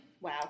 Wow